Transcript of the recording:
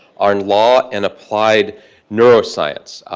on law and applied neuroscience.